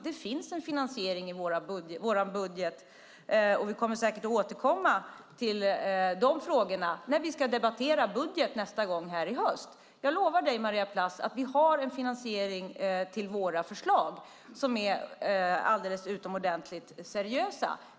Det finns en finansiering i vår budget, och vi kommer säkert att återkomma till de frågorna när vi ska debattera budget nästa gång som blir i höst. Jag lovar dig, Maria Plass, att vi har en finansiering till våra förslag som är alldeles utomordentligt seriös.